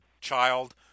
child